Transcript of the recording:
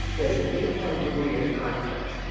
there's an incongruity and a contrast.